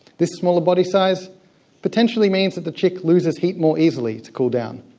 this smaller body size potentially means that the chick loses heat more easily to cool down.